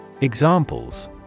Examples